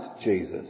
Jesus